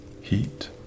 heat